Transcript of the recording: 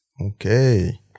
Okay